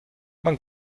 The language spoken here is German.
man